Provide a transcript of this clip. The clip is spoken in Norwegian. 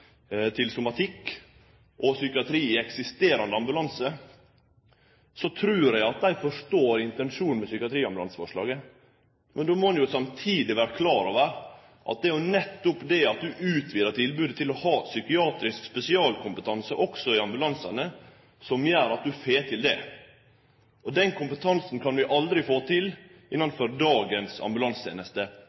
i somatikk og psykiatri i eksisterande ambulanse, trur eg at dei forstår intensjonen med psykiatriambulanseforslaget. Men då må ein jo samtidig vere klar over at det er nettopp det at ein utvidar tilbodet til å ha psykiatrisk spesialkompetanse også i ambulansane, som gjer at ein får til det. Den kompetansen kan vi aldri få til innanfor dagens